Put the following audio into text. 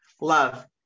love